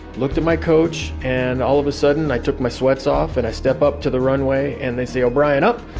looked at my coach, and all of a sudden i took my sweats off and i step up to the runway and they say, o'brien up.